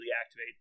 activate